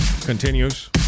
continues